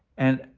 and,